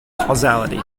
causality